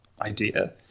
idea